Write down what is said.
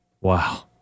Wow